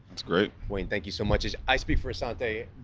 it's great, wayne, thank you so much as i speak for a sunday.